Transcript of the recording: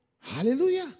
Hallelujah